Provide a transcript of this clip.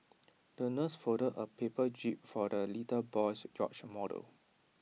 the nurse folded A paper jib for the little boy's yacht model